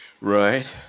Right